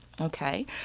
okay